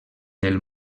del